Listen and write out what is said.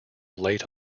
late